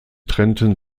trennten